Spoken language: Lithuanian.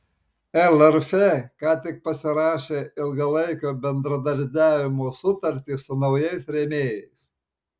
lrf ką tik pasirašė ilgalaikio bendradarbiavimo sutartį su naujais rėmėjais